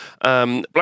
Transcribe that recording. Black